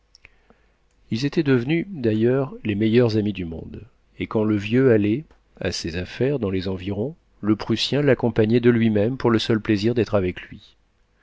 ils étaient devenus d'ailleurs les meilleurs amis du monde et quand le vieux allait à ses affaires dans les environs le prussien l'accompagnait de lui-même pour le seul plaisir d'être avec lui